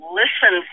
listen